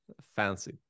fancy